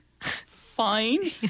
Fine